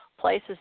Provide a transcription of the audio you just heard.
places